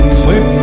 flip